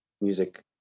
music